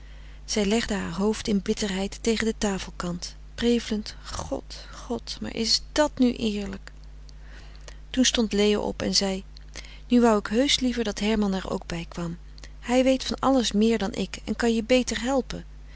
zij legde haar hoofd in bitterheid tegen den tafel kant prevelend god god maar is dàt nu eerlijk toen stond leo op en zei nu wou ik heus liever dat herman er ook bij kwam hij weet van alles meer dan ik en kan je beter helpen